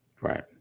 Right